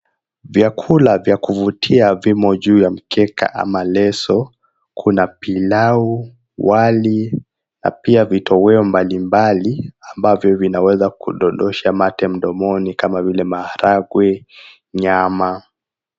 Vyakula vya kuvutia vimo juu ya mkeka ama leso. Kuna pilau, wali na pia vitoweo mbalimbali ambavyo vinaweza kudondosha mate mdomoni kama vile maharagwe, nyama.